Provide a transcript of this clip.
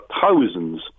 thousands